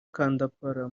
kandapara